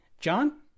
John